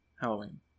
halloween